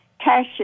cash